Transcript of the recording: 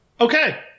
okay